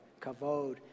Kavod